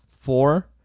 Four